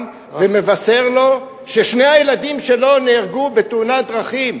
ומבשר לו ששני הילדים שלו נהרגו בתאונת דרכים.